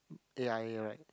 A_I_A right